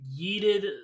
yeeted